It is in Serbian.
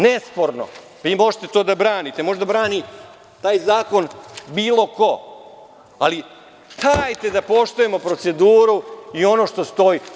Nesporno, možete to da branite, može da brani bilo ko taj zakon, ali dajte da poštujemo proceduru i ono što stoji.